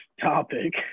topic